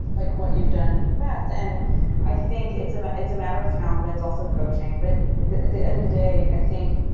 like what you've done best. and i think it's um ah it's a matter of talent but it's also coaching. but at the end of the day, i think,